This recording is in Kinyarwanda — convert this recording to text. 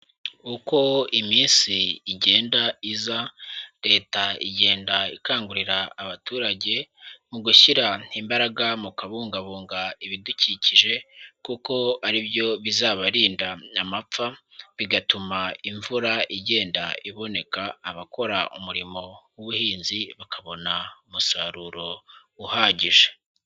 Uko iminsi igenda iza Leta igenda ikangurira abaturage mu gushyira imbaraga mu kubungabunga ibidukikije kuko aribyo bizabarinda amapfa, bigatuma imvura igenda iboneka abakora umurimo w'ubuhinzi bakabona umusaruro uhagije.